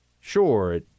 Sure